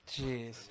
Jeez